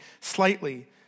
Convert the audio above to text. slightly